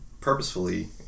Purposefully